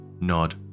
nod